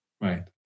Right